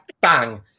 bang